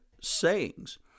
sayings